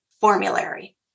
formulary